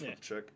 check